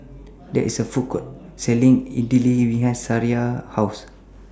There IS A Food Court Selling Idili behind Sariah's House